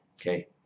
okay